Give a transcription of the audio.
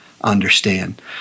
understand